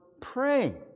praying